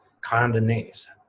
kindness